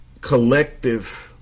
collective—